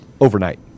overnight